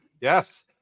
Yes